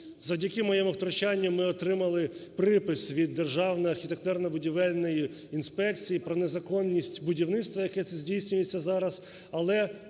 Завдяки моєму втручанню ми отримали припис від Державної архітектурно-будівельної інспекції про незаконність будівництва, яке це здійснюється зараз,